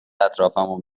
اطرافمو